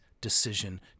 decision